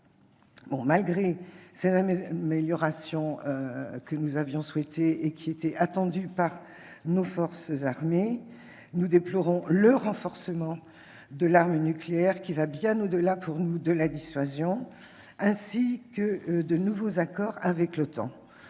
Malgré ces améliorations, que nous avions souhaitées et qui étaient attendues par nos forces armées, nous déplorons le renforcement de l'arme nucléaire, qui va bien au-delà, selon nous, de la simple dissuasion, ainsi que les nouveaux accords avec l'OTAN.